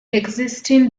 existing